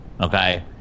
okay